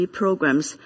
programs